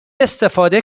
استفاده